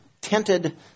tented